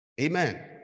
Amen